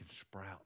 sprout